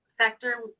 sector